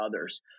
others